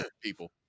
people